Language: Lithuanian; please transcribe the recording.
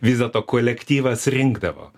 vis dėlto kolektyvas rinkdavo